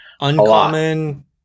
uncommon